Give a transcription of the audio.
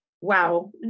wow